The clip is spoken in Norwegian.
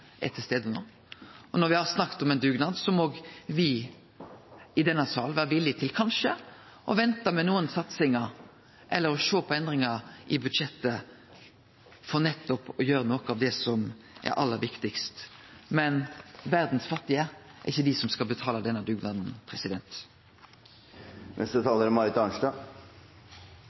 er til stades no. Når me har snakka om ein dugnad, må òg me i denne salen vere villige til kanskje å vente med nokre satsingar eller å sjå på endringar i budsjettet for nettopp å gjere noko av det som er aller viktigast, men verdas fattige er ikkje dei som skal betale denne dugnaden.